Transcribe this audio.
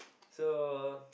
so